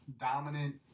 dominant